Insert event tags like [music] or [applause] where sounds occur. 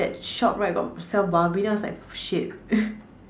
that shop right got sell babi then I was like shit [laughs]